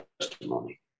testimony